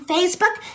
Facebook